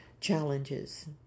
challenges